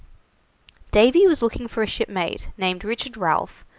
davy was looking for a shipmate named richard ralph,